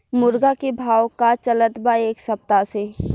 मुर्गा के भाव का चलत बा एक सप्ताह से?